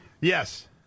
Yes